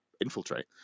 infiltrate